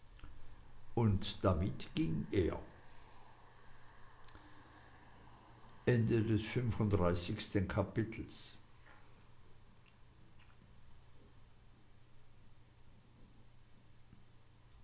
und damit ging er sechsunddreißigstes kapitel